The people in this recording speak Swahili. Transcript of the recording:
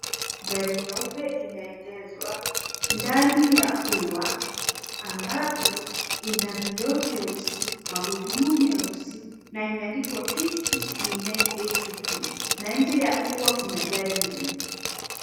Gari nyeupe imeegezwa ndani ya ua ambapo ina vioo vyeusi, magurudumu meusi na imeandikwa KCE 982 P na nje ya ua kuna gari nyeusi.